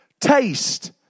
Taste